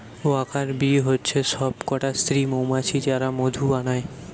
worker bee হচ্ছে সব কটা স্ত্রী মৌমাছি যারা মধু বানায়